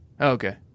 okay